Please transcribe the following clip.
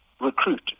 Recruit